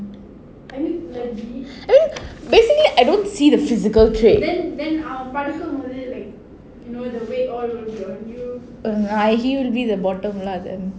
I mean basically I don't see the physical trait he will be the bottom lah then